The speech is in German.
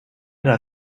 der